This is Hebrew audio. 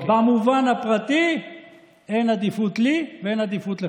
במובן הפרטי אין עדיפות לי ואין עדיפות לך.